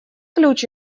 ключ